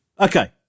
okay